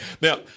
now